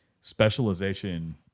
specialization